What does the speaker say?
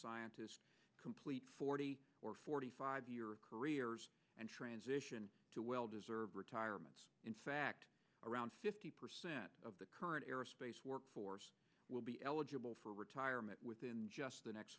scientists complete forty or forty five year careers and transition to well deserved retirement in fact around fifty percent of the current aerospace workforce will be eligible for retirement within just the next